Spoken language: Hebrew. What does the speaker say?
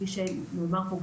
כפי שגם נאמר פה,